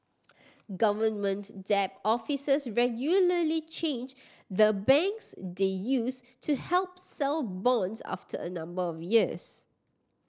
government debt officers regularly change the banks they use to help sell bonds after a number of years